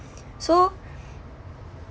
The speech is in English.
so